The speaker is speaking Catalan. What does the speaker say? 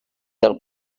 del